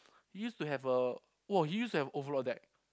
used to have a oh he used to have a overlord deck